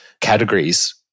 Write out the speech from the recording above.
categories